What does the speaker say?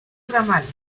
ramales